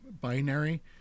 binary